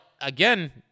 again